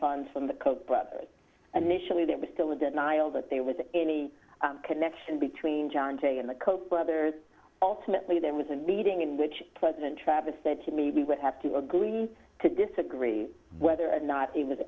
funds from the koch brothers and initially they were still in denial that there was any connection between john kerry and the koch brothers ultimately there was a meeting in which president travis said to me we would have to agree to disagree whether or not it was